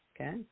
okay